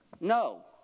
No